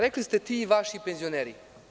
Rekli ste - ti vaši penzioneri.